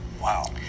Wow